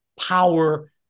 power